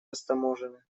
растаможены